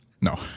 No